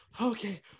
okay